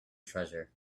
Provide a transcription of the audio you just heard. treasure